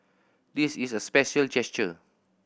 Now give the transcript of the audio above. this is a special gesture